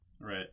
Right